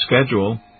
schedule